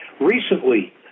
recently